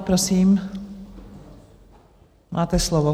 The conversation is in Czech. Prosím, máte slovo.